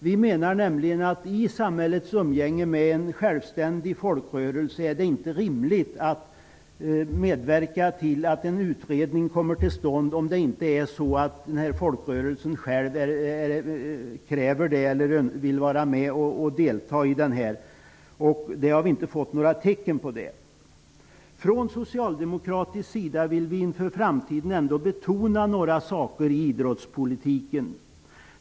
Vi menar nämligen att i samhällets umgänge med en självständig folkrörelse är det inte rimligt att medverka till att en utredning kommer till stånd om inte folkrörelsen själv kräver det och vill vara med och delta. Vi har inte fått några tecken på något sådant. Från socialdemokratisk sida vill vi inför framtiden ändock betona några saker i idrottspolitiken.